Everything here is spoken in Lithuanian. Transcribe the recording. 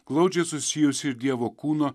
glaudžiai susijusi ir dievo kūno